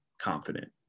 confident